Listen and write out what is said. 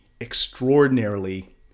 extraordinarily